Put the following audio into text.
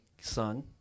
son